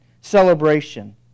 celebration